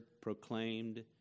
proclaimed